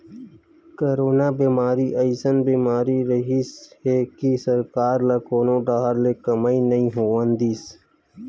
corona बेमारी अइसन बीमारी रिहिस हे कि सरकार ल कोनो डाहर ले कमई नइ होवन दिस